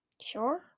sure